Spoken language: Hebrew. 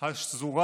השזורה